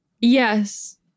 Yes